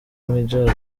major